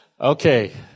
Okay